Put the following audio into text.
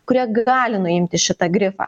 kurie gali nuimti šitą grifą